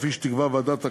כפי שתקבע ועדת הכנסת,